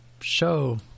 show